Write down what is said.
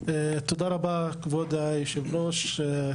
תודה רבה כבוש יושב הראש,